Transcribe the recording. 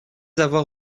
avoir